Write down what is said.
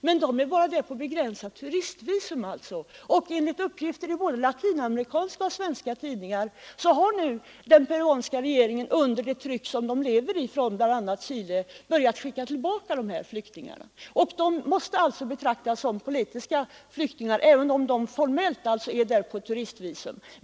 Men de vistas där på begränsat turistvisum, och enligt uppgifter i både latinamerikanska och svenska tidningar har nu den peruanska regeringen under tryck från bl.a. Chile börjat skicka tillbaka dessa flyktingar. De måste alltså betraktas som politiska flyktingar även om de formellt är där på turistvisum.